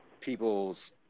people's